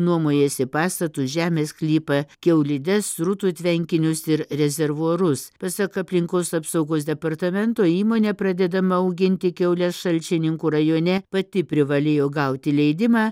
nuomojasi pastatus žemės sklypą kiaulides srutų tvenkinius ir rezervuarus pasak aplinkos apsaugos departamento įmonė pradėdama auginti kiaules šalčininkų rajone pati privalėjo gauti leidimą